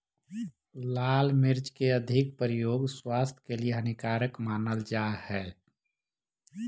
लाल मिर्च के अधिक प्रयोग स्वास्थ्य के लिए हानिकारक मानल जा हइ